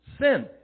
Sin